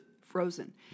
frozen